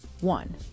One